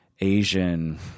Asian